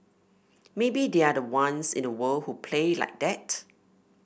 maybe they're the ones in the world who play like that